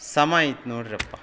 ಸಮ ಐತೆ ನೋಡಿರಪ್ಪ